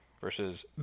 versus